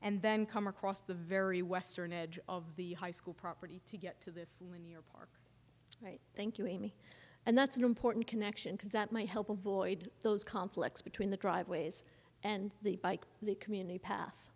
and then come across the very western edge of the high school property to get to this right thank you amy and that's an important connection because that might help avoid those conflicts between the driveways and the bike the community path